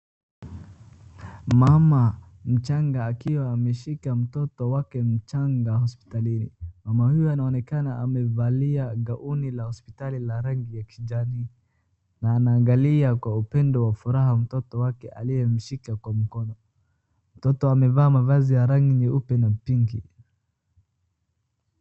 Mama mchanga akiwa ameshika mtoto wake mchanga hospitalini. Mama huyu anaonekana amevalia gauni la hospitali la rangi ya kijani na anaangalia kwa upendo wa furaha mtoto wake aliyemshika kwa mkono. Mtoto amevaa mavazi ya rangi nyeupe na pink .